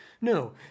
no